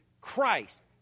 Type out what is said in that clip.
Christ